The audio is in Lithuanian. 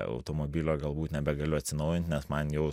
automobilio galbūt nebegaliu atsinaujint nes man jau